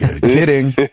Kidding